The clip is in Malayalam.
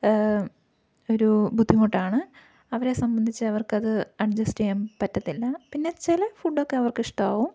ഒരു ബുദ്ധിമുട്ടാണ് അവരെ സംബന്ധിച്ച് അവർക്ക് അത് അഡ്ജസ്റ്റ് ചെയ്യാൻ പറ്റത്തില്ല പിന്നെ ചില ഫുഡ് ഒക്കെ അവർക്ക് ഇഷ്ടമാവും